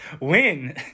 Win